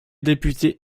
députés